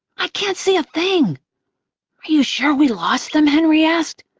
i can't see a thing! are you sure we lost them? henry asked,